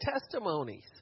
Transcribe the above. testimonies